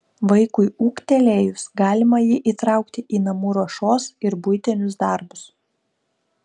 vaikui ūgtelėjus galima jį įtraukti į namų ruošos ir buitinius darbus